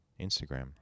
Instagram